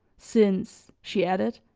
since, she added,